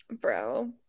bro